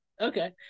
Okay